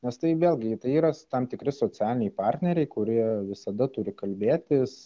nes tai vėlgi tai yra tam tikri socialiniai partneriai kurie visada turi kalbėtis